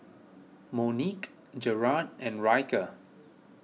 Monique Jarad and Ryker